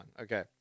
Okay